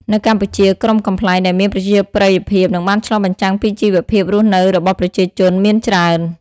នៅកម្ពុជា ក្រុមកំប្លែងដែលមានប្រជាប្រិយភាព និងបានឆ្លុះបញ្ចាំងពីជីវភាពរស់នៅរបស់ប្រជាជនមានច្រើន។